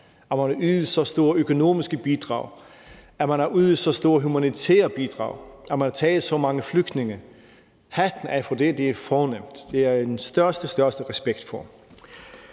at man har ydet så store økonomiske bidrag, at man har ydet så store humanitære bidrag, og at man har taget så mange flygtninge. Jeg tager hatten af for det – det er fornemt, og jeg har den største respekt for